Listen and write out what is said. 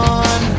on